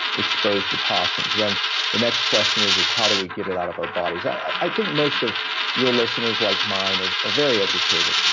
exposed to toxins then the next question is, how do we get it out of our bodies? i think most of your listeners, like mine, are are very educated.